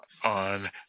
on